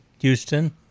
Houston